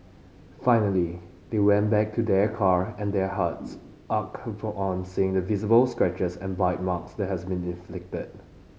finally they went back to their car and their hearts on seeing the visible scratches and bite marks that had been inflicted